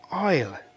Oil